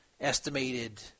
estimated